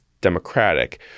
democratic